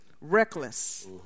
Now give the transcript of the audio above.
Reckless